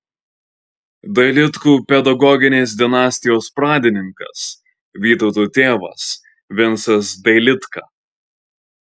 dailidkų pedagoginės dinastijos pradininkas vytauto tėvas vincas dailidka